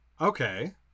okay